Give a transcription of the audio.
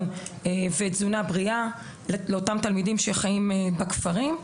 ותזונה בריאה לאותם תלמידים שחיים בכפרים.